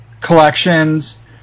collections